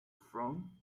from